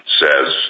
says